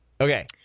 Okay